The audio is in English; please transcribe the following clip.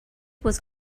was